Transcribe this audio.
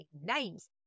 names